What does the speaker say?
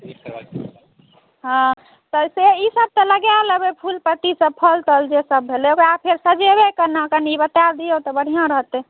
हँ पर ईसभ तऽ लगाय लैबै फूल पत्तीसभ फल तल जेसभ भेलै ओकरा फेर सजेबै कोना कनि बता दियौ तऽ बढ़िआँ रहतै